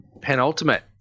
Penultimate